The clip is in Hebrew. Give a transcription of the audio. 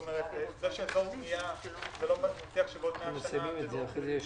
אין הבטחה שבעוד 100 שנים זה יהיה הקריטריון.